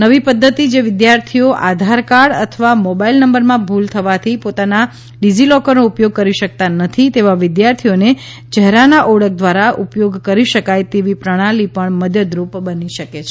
નવી પદ્ધતિ જે વિદ્યાર્થીઓ આધારકાર્ડ અથવા મોબાઈલ નંબરમાં ભુલ થવાથી પોતાના ડિજિલોકરનો ઉપયોગ કરી શકતા નથી તેવા વિદ્યાર્થીઓને ચહેરાના ઓળખ દ્વારા ઉપયોગ કરી શકાય તેવી પ્રણાલી મદદરૂપ બની શકે છે